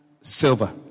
silver